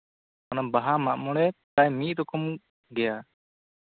ᱚᱱᱟ ᱵᱟᱦᱟ ᱢᱟᱜ ᱢᱚᱲᱮ ᱢᱤᱫᱨᱚᱠᱚᱢ ᱜᱮᱭᱟ